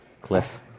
Cliff